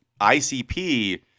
ICP